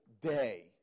day